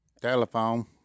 Telephone